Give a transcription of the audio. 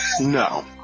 No